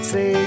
Say